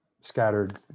scattered